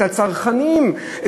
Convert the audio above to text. אצל הצרכנים,